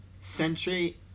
Century